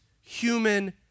human